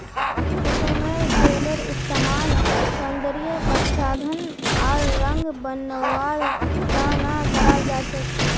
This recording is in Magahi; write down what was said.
कुसुमेर तेलेर इस्तमाल सौंदर्य प्रसाधन आर रंग बनव्वार त न कराल जा छेक